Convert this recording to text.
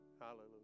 Hallelujah